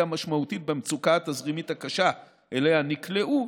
משמעותית במצוקה התזרימית הקשה שאליה נקלעו,